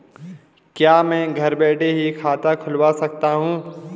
क्या मैं घर बैठे ही खाता खुलवा सकता हूँ?